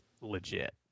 legit